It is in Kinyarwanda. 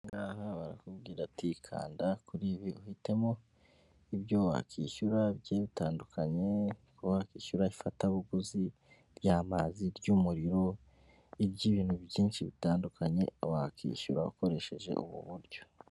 Ahangaha barakubwira ati kanda kuri ibi uhitemo ibyo wakwishyura bigiye bitandukanye uko wakwishyura ifatabuguzi ry'amazi, iry'umuriro, iby'ibintu byinshi bigiye bitandukanye wakwishyura ukoresheje ubu buryo.